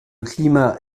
climat